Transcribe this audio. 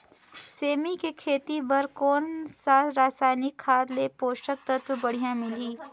सेमी के खेती बार कोन सा रसायनिक खाद ले पोषक तत्व बढ़िया मिलही?